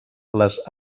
les